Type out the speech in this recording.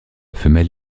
femelle